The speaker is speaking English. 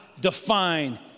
define